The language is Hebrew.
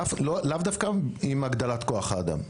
לאו דווקא עם הגדלת כוח-אדם.